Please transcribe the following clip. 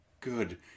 good